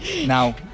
Now